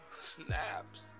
snaps